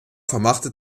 vermachte